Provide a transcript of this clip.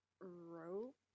rope